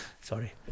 Sorry